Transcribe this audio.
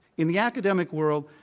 in the academic world,